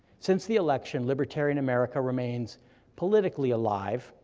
since the election, libertarian america remains politically alive,